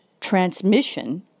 transmission